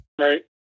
right